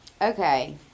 okay